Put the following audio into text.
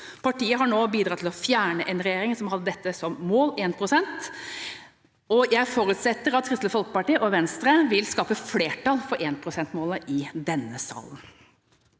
Partiet har nå bidratt til å fjerne en regjering som hadde dette – 1 pst. – som mål, og jeg forutsetter at Kristelig Folkeparti og Venstre vil skape flertall for 1 pst.målet i denne salen.